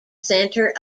centre